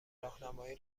راهنمایی